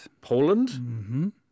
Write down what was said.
Poland